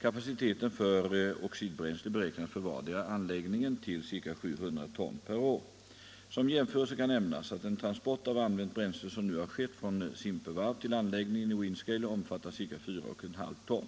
Kapaciteten för oxidbränsle beräknas för vardera anläggningen till ca 700 ton per år. Som jämförelse kan nämnas, att den transport av använt bränsle som nu har skett från Simpevarp till anläggningen i Windscale omfattar ca 4,5 ton.